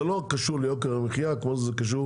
זה לא קשור ליוקר המחייה כמו שזה קשור